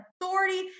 authority